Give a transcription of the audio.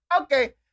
Okay